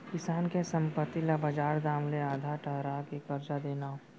किसान के संपत्ति ल बजार दाम ले आधा ठहरा के करजा देना